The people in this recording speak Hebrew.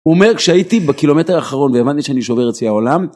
הוא אומר כשהייתי בקילומטר האחרון, והבנתי שאני שובר את שיא העולם,